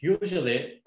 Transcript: usually